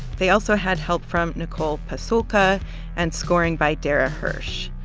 they also had help from nicole pasulka and scoring by dara hirsch.